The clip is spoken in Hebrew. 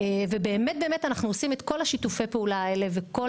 ובאמת אנחנו עושים את כל שיתופי הפעולה האלו ואת כל